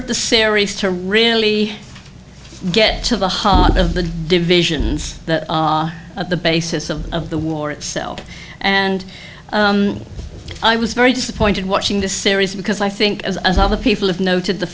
of the series to really get to the heart of the divisions that are the basis of the war itself and i was very disappointed watching the series because i think as as other people have noted the